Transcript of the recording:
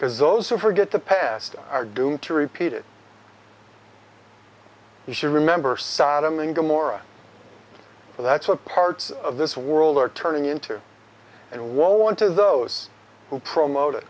because those who forget the past are doomed to repeat it we should remember sodom and gomorrah for that's what parts of this world are turning into and want to those who promoted